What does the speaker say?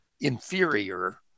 inferior